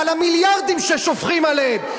ועל המיליארדים ששופכים עליהם.